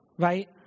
right